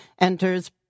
enters